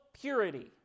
Purity